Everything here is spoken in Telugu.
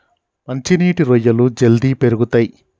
మంచి నీటి రొయ్యలు జల్దీ పెరుగుతయ్